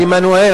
על עמנואל,